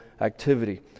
activity